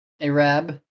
Arab